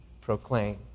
proclaim